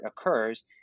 occurs